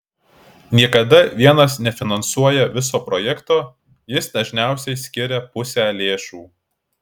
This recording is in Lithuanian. niekada vienas nefinansuoja viso projekto jis dažniausiai skiria pusę lėšų